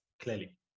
clearly